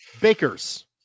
Bakers